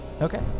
Okay